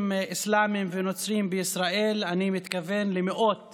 אסלאמיים ונוצריים בישראל אני מתכוון למאות